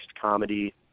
comedy